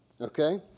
Okay